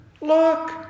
Look